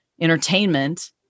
entertainment